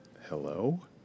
Hello